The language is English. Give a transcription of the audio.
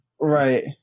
Right